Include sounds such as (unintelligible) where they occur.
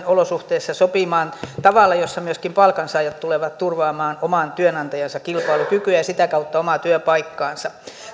(unintelligible) olosuhteissa sopimaan sillä tavalla että myöskin palkansaajat tulevat turvaamaan oman työnantajansa kilpailukykyä ja sitä kautta omaa työpaikkaansa